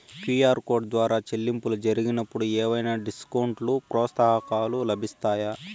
QR code ద్వారా చెల్లింపులు జరిగినప్పుడు ఏవైనా డిస్కౌంట్ లు, ప్రోత్సాహకాలు లభిస్తాయా?